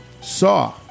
Saw